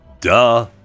Duh